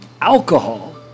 alcohol